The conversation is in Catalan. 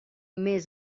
més